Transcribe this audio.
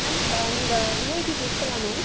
ma'am ஆ நீங்கள் VIT பிரின்ஸ்பலா மேம்